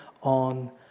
on